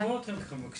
שישמעו אתכם מבקשים.